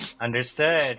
understood